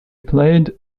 played